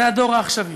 הדור העכשווי.